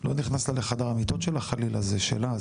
לא נכנס לחדר המיטות שלה חלילה זה שלה,